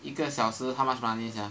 一个小时 how much money sia